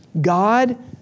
God